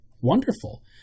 wonderful